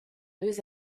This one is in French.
deux